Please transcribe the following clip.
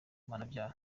mpanabyaha